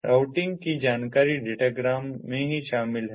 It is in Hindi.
राउटिंग की जानकारी डेटाग्राम में ही शामिल है